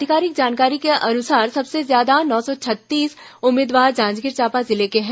अधिकारिक जानकारी के अनुसार सबसे ज्यादा नौ सौ छत्तीस उम्मीदवार जांजगीर चांपा जिले के हैं